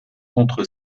contre